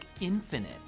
Infinite